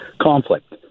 Conflict